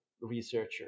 researcher